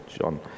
John